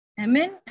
Amen